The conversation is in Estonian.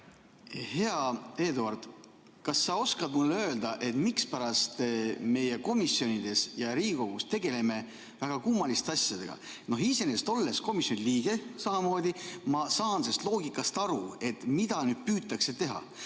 Hea Eduard! Kas sa oskad mulle öelda, mispärast meie komisjonides ja Riigikogus tegeleme väga kummaliste asjadega? Iseenesest, olles komisjoni liige samamoodi, ma saan sellest loogikast aru, mida nüüd püütakse teha.